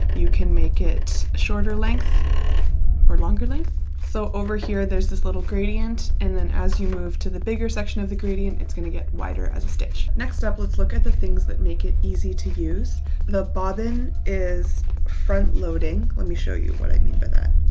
you can make it a shorter length or longer length so over here. there's this little gradient and then as you move to the bigger section of the gradient it's gonna get wider as a stitch next up. let's look at the things that make it easy to use the bobbin is front-loading. let me show you what i mean by that